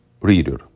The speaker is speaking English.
reader